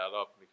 up